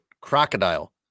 crocodile